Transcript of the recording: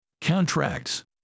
Contracts